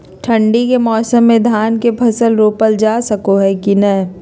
ठंडी के मौसम में धान के फसल रोपल जा सको है कि नय?